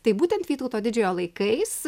taip būtent vytauto didžiojo laikais